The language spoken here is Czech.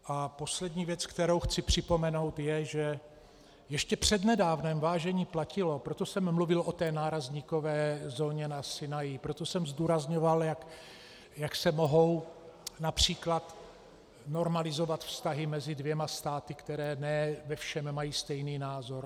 A poslední věc, kterou chci připomenout, je, že ještě přednedávnem, vážení, platilo proto jsem mluvil o té nárazníkové zóně na Sinaji, proto jsem zdůrazňoval, jak se mohou například normalizovat vztahy mezi dvěma státy, které ne ve všem mají stejný názor.